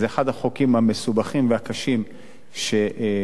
וזה אחד החוקים המסובכים והקשים שדנו